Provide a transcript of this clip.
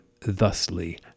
thusly